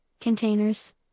Containers